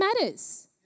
matters